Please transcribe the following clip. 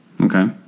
okay